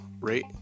rate